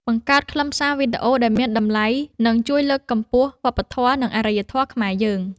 បង្កើតខ្លឹមសារវីដេអូដែលមានតម្លៃនឹងជួយលើកកម្ពស់វប្បធម៌ និង អរិយធម៌ខ្មែរយើង។